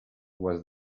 was